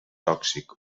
tòxic